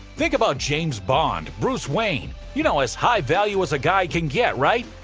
think about james bond, bruce wayne, you know as high value as a guy can get, right?